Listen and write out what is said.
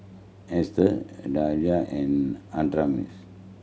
Esther Dahlia and Adamaris